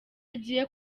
agiye